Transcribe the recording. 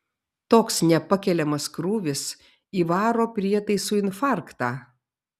toks nepakeliamas krūvis įvaro prietaisui infarktą